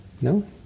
No